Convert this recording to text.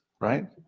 right